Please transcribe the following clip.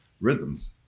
rhythms